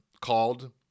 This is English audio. called